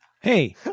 Hey